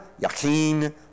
Yachin